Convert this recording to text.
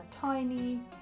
tiny